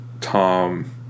Tom